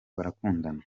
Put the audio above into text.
barakundana